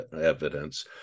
evidence